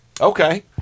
Okay